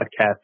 podcast